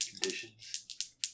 conditions